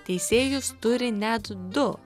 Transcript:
teisėjus turi net du